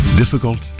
Difficult